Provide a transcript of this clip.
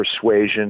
persuasion